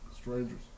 Strangers